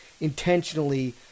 intentionally